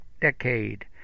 decade